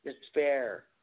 despair